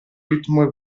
ritmo